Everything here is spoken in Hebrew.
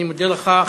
אני מודה לך.